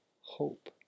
hope